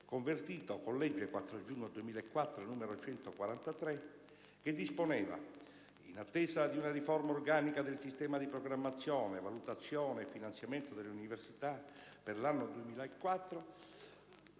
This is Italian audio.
convertito dalla legge 4 giugno 2004, n. 143, la quale disponeva che «in attesa di una riforma organica del sistema di programmazione, valutazione e finanziamento delle università, per l'anno 2004,